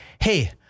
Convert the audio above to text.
hey